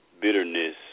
bitterness